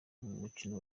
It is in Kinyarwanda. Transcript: mukino